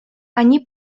они